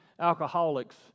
alcoholics